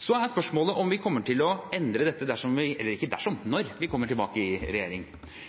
Så er spørsmålet om vi kommer til å endre dette dersom – ikke dersom, men når – vi kommer tilbake i regjering.